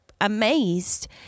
amazed